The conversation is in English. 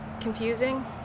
Confusing